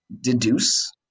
deduce